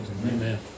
Amen